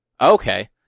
okay